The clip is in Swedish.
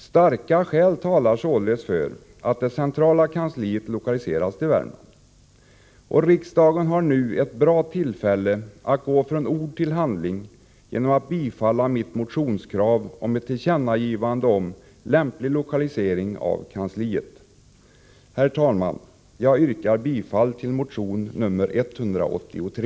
Starka skäl talar således för att det centrala kansliet lokaliseras till Värmland. Riksdagen har nu ett bra tillfälle att gå från ord till handling genom att bifalla mitt motionskrav om ett tillkännagivande om lämplig lokalisering av kansliet. Herr talman! Jag yrkar bifall till motion nr 183.